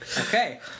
Okay